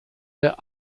der